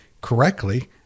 correctly